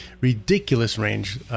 ridiculous-range